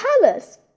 colors